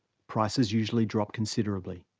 prices usually drop considerably.